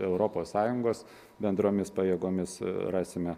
europos sąjungos bendromis pajėgomis rasime